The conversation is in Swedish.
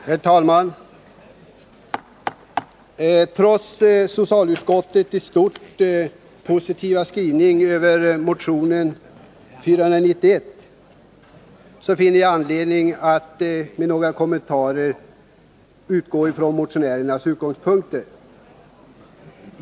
Herr talman! Trots socialutskottets i stort positiva skrivning över motion 491 finner jag anledning till några kommentarer från motionärernas utgångspunkter.